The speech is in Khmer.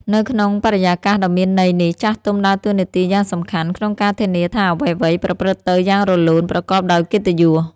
នៅក្នុងបរិយាកាសដ៏មានន័យនេះ ចាស់ទុំដើរតួនាទីយ៉ាងសំខាន់ ក្នុងការធានាថាអ្វីៗប្រព្រឹត្តទៅយ៉ាងរលូន ប្រកបដោយកិត្តិយស។